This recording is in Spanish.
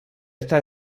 esta